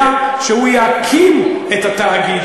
היה שהוא יקים את התאגיד,